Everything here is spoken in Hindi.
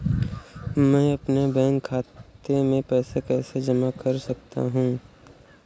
मैं अपने बैंक खाते में पैसे कैसे जमा कर सकता हूँ?